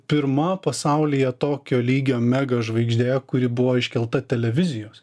pirma pasaulyje tokio lygio mega žvaigždė kuri buvo iškelta televizijos